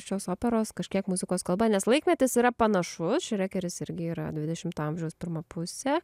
šios operos kažkiek muzikos kalba nes laikmetis yra panašus šrekeris irgi yra dvidešimto amžiaus pirma pusė